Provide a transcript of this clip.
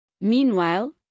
Meanwhile